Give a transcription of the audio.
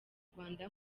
rwanda